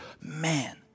man